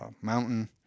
Mountain